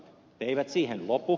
ne eivät siihen lopu